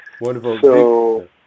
Wonderful